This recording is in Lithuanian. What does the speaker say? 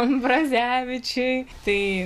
ambrazevičiui tai